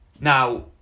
Now